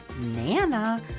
nana